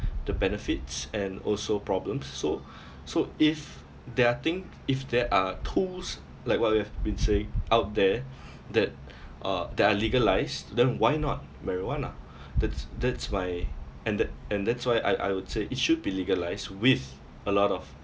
the benefits and also problems so so if they're thing if there are tools like what we have been saying out there that are that are legalized then why not marijuana that's that's my and that and that's why I I would say it should be legalised with a lot of